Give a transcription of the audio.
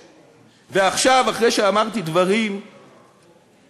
עכשיו, אחרי שאמרתי דברים מעצמי,